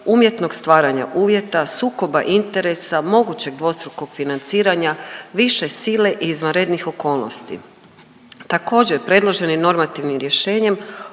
umjetnog stvaranja uvjeta, sukoba interesa, mogućeg dvostrukog financiranja, više sile i izvanrednih okolnosti. Također predloženim normativnim rješenjem